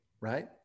right